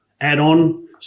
add-on